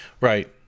Right